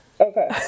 Okay